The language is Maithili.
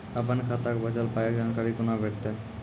अपन खाताक बचल पायक जानकारी कूना भेटतै?